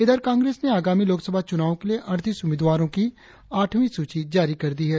इधर कांग्रेस ने आगामी लोकसभा चुनावो के लिए अड़तीस उम्मीदवारो की आठवी सूची जारी कर दी है